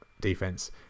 defense